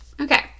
Okay